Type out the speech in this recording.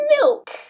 milk